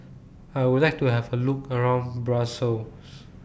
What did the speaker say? I Would like to Have A Look around Brussels